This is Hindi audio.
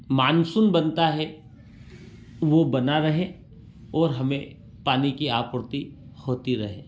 मानसून बनता है वो बना रहे और हमें पानी की आपूर्ति होती रहे